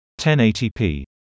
1080p